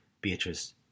Beatrice